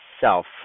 self